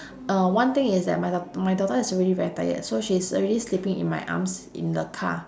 uh one thing is that my dau~ my daughter is already very tired so she's already sleeping in my arms in the car